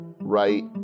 right